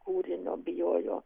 kūrinio bijojo